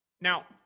Now